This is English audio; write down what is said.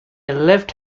left